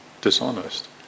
dishonest